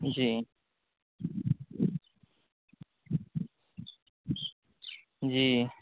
جی جی